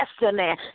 destiny